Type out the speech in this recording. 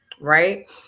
right